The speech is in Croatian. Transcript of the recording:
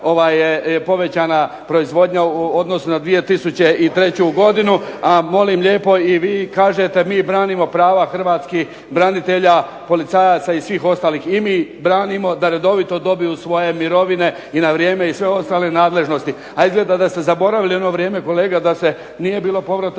povećana proizvodnja u odnosu na 2003. godinu, a molim lijepo i vi kažete mi branimo prava hrvatskih branitelja, policajaca i svih ostalih. I mi branimo da redovito dobiju svoje mirovine i na vrijeme i sve ostale nadležnosti. A izgleda da ste zaboravili ono vrijeme kolega da se nije bilo povrata